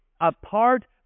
apart